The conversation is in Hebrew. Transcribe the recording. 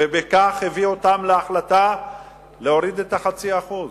ובכך הביאו אותם להחלטה להוריד את ה-0.5%.